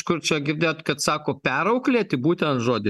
kur čia girdėjot kad sako perauklėti būtent žodį